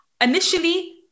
Initially